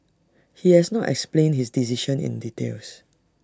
he has not explained his decision in details